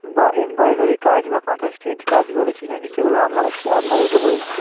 বা এম বা এমব্রয়ডারি কাজ বা কাঁথা স্টিচ কাজ করেছি না কি সেগুলো আমমা আপনাদেরকে বলছি